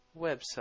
Website